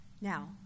Now